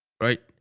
Right